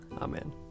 Amen